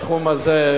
בתחום הזה,